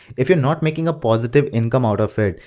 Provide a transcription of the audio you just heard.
if you're not making a positive income out of it,